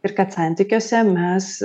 ir kad santykiuose mes